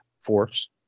force